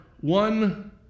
one